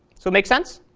so make sense?